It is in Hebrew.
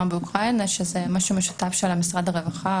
מאוקראינה שזה משהו משותף של משרד הרווחה,